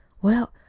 well,